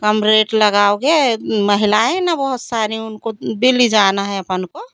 कम rate लगाओगे महिलाएँ ना बहुत सारी उनको दिल्ली जाना है अपन को